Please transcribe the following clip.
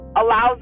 allows